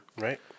Right